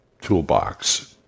toolbox